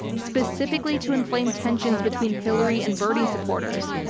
specifically to inflame tensions between hillary and bernie supporters.